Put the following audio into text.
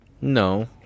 no